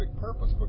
purpose